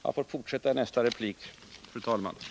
Jag får, fru talman, fortsätta i nästa anförande.